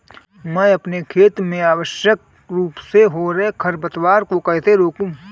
मैं अपने खेत में अनावश्यक रूप से हो रहे खरपतवार को कैसे रोकूं?